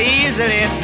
easily